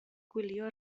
gwylio